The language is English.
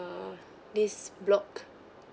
this block